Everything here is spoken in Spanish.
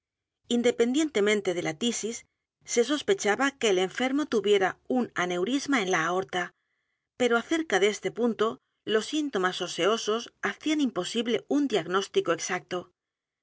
independientemente de la tisis se sospechaba que el enfermo tuviera un aneurisma en la a o r t a pero acerca de este punto los síntomas oseosos hacían imposible un diagnóstico exacto e